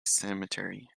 cemetery